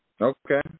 Okay